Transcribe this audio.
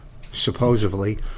supposedly